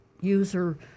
user